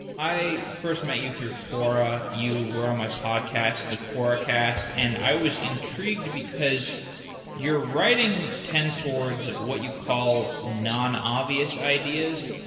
i first met you through quora. you were on my podcast, the quoracast, and i was intrigued, because your writing tends towards what you call non-obvious ideas.